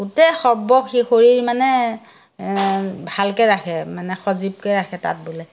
গোটেই সৰ্ব শৰীৰ মানে ভালকে ৰাখে মানে সজীৱকে ৰাখে তাঁত বলে